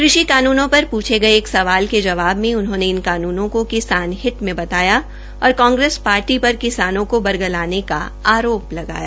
कृषि कानूनों पर पूछे गये एक सवाल के जवाब में उन्होंने इस कानूनों को किसान हित में बनाया और कांग्रेस पार्टी पर किसानों का बरगलाने का आरोप लगाया